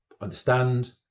understand